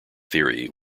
theory